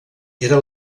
era